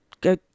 go